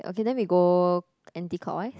okay then we go anti-clockwise